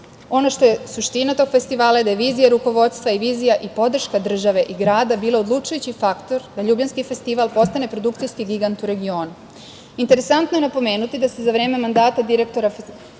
Ono što je suština tog festivala je da je vizija rukovodstva i vizija i podrška države i grada bila odlučujući faktor da Ljubljanski festival postane produkcijski gigant u regionu. Interesantno je napomenuti da se za vreme mandata direktora festivala